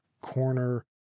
corner